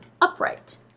Upright